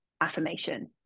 affirmation